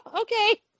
okay